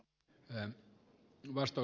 arvoisa puhemies